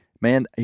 man